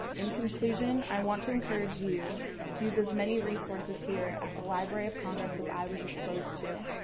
in conclusion i want to encourage you to use as many resources here at the library of congress as i was exposed to,